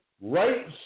right